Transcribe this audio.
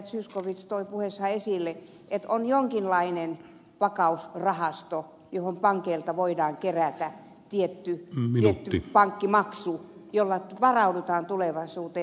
zyskowicz toi puheessaan esille että on jonkinlainen vakausrahasto johon pankeilta voidaan kerätä tietty pankkimaksu jolla varaudutaan tulevaisuuteen